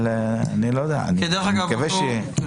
אני מבין את החשיבות שבהתחלה תסקיר התאמה